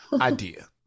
idea